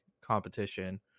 competition